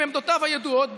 עם עמדותיו הידועות,